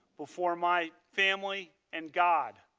before my family and god,